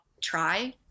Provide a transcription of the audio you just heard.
try